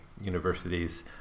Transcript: universities